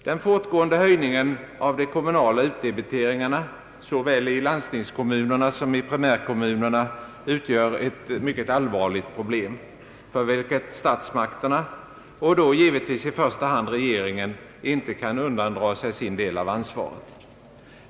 Den fortgående höjningen av de kommunala utdebiteringarna, såväl i landstingskommunerna som i primärkommunerna, utgör ett mycket allvarligt problem för vilket statsmakterna — och då givetvis i första hand regeringen — inte kan undandra sig sin del av ansvaret.